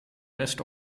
best